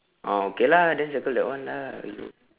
ah okay lah then circle that one lah !aiyo!